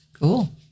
cool